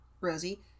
Rosie